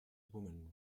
woman